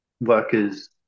workers